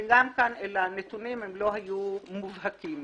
וגם כאן הנתונים לא היו מובהקים.